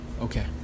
Okay